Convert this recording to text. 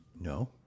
No